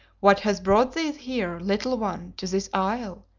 what has brought thee here, little one, to this isle,